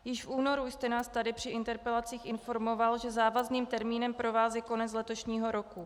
Již v únoru jste nás tady při interpelacích informoval, že závazným termínem pro vás je konec letošního roku.